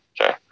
Okay